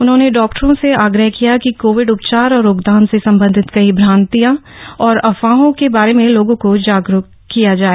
उन्होंने डॉक्टरों से आग्रह किया कि कोविड उपचार और रोकथाम से संबंधित कई भ्रांतियों और अफवाहों के बारे में लोगों को जागरूक किया जाए